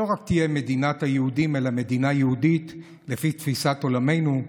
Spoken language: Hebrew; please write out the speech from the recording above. שלא רק תהיה מדינת היהודים אלא מדינה יהודית לפי תפיסת עולמנו.